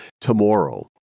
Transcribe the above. tomorrow